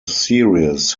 series